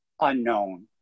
unknown